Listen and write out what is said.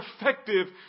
effective